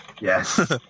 Yes